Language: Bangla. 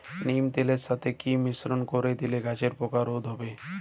নিম তেলের সাথে কি মিশ্রণ করে দিলে গাছের পোকা রোধ হবে?